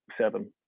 seven